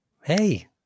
Hey